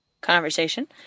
conversation